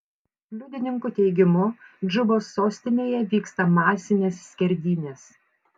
liudininkų teigimu džubos sostinėje vyksta masinės skerdynės